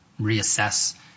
reassess